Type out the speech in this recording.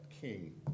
King